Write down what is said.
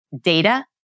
data